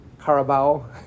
carabao